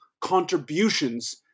contributions